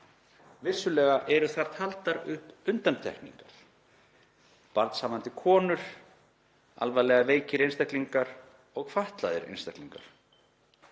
Vissulega eru þar taldar upp undantekningar; barnshafandi konur, alvarlega veikir einstaklingar og fatlaðir einstaklingar.